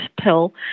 pill